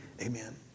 Amen